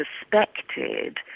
suspected